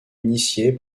initié